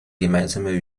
gemeinsame